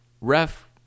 Ref